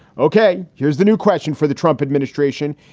ok, here's the new question for the trump administration.